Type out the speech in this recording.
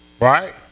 right